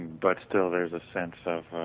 but still there is a sense of